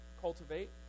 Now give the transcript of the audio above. cultivate